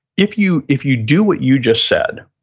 if you if you do what you just said,